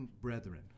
brethren